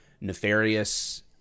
nefarious